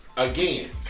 again